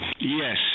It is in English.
Yes